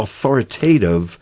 authoritative